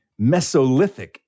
Mesolithic